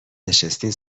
نشستین